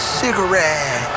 cigarette